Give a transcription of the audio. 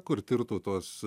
kur tirtų tuos